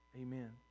Amen